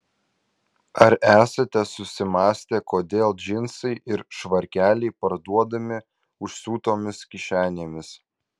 ar esate susimąstę kodėl džinsai ir švarkeliai parduodami užsiūtomis kišenėmis